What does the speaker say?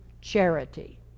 charity